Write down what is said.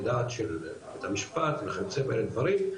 דעת של בית המשפט וכיוצא בין הדברים,